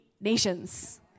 nations